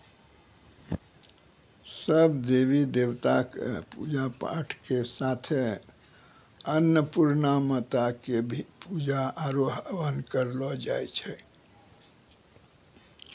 सब देवी देवता कॅ पुजा पाठ के साथे अन्नपुर्णा माता कॅ भी पुजा आरो हवन करलो जाय छै